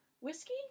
whiskey